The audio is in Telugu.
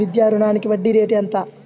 విద్యా రుణానికి వడ్డీ రేటు ఎంత?